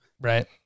Right